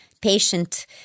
patient